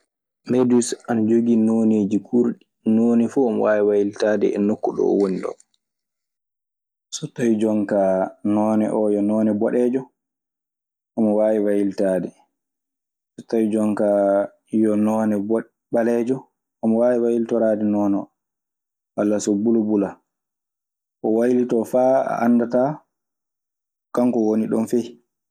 Meduus ana jogii nooneeji kuurɗi. Nooni fuu omo waawi waylitaade e nokku ɗo o woni ɗoo. So tawii jon kaa noone oo yo noone boɗeejo omo waawi waylitaade. So tawii jon kaa yo noone ɓaleejo omo waawi waylitoraade noone oo. Walla so bulbula. O waylitoo faa a anndataa kanko woni ɗon fey.